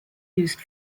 used